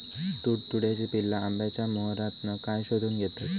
तुडतुड्याची पिल्ला आंब्याच्या मोहरातना काय शोशून घेतत?